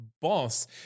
boss